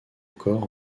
corps